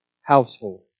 household